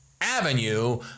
avenue